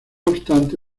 obstante